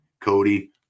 Cody